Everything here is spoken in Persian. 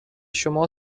شما